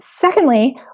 Secondly